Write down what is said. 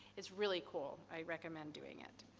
it's really cool. i recommend doing it.